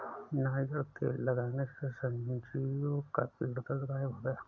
niger तेल लगाने से संजीव का पीठ दर्द गायब हो गया